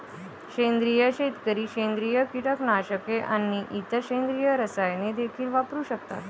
सेंद्रिय शेतकरी सेंद्रिय कीटकनाशके आणि इतर सेंद्रिय रसायने देखील वापरू शकतात